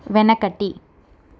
వెనకటి